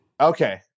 okay